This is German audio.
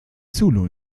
zulu